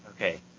okay